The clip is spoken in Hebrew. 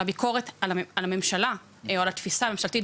אלא ביקורת על הממשלה או על התפיסה הממשלתית,